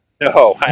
No